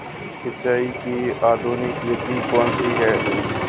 सिंचाई की आधुनिक विधि कौनसी हैं?